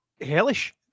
Hellish